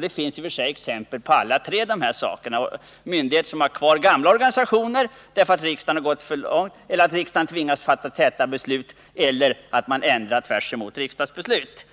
Det finns exempel på alla dessa tre saker: Myndigheter som har kvar sin gamla organisation därför att riksdagen har gått för långt, att riksdagen tvingats att fatta täta beslut och att man gått emot ett riksdagsbeslut.